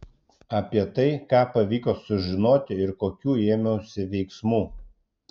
apie tai ką pavyko sužinoti ir kokių ėmiausi veiksmų